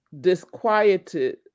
disquieted